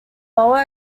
lower